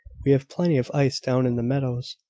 we have plenty of ice down in the meadows,